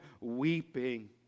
weeping